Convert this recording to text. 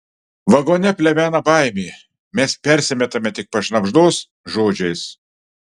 vagone plevena baimė mes persimetame tik pašnabždos žodžiais